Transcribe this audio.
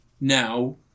Now